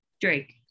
Drake